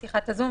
בשיחת הזום,